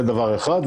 זה דבר אחד.